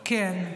כן.